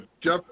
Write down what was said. Jeff